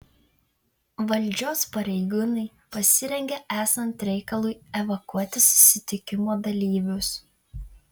valdžios pareigūnai pasirengė esant reikalui evakuoti susitikimo dalyvius